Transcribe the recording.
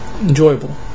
Enjoyable